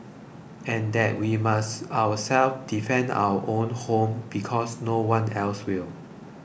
and that we must ourselves defend our own home because no one else will